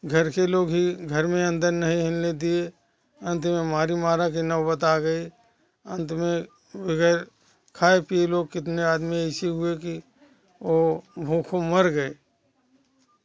घर के लोग ही घर में ही अंदर नहीं हिलने दिए इसमें अंत में मारामारी की नौबत आ गई अंत में बगैर खाए पिए लोग कितने आदमी ऐसे हुए कि वह भूखों मर गए